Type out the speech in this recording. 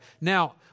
Now